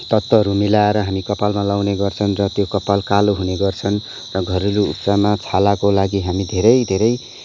तत्त्वहरू मिलाएर हामी कपालमा लगाउने गर्छन् र त्यो कपाल कालो हुने गर्छन् र घरेलु उपचारमा छालाको लागि हामीले धेरै धेरै